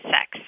Sex